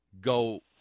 go